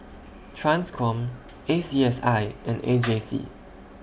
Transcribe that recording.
TRANSCOM A C S I and A J C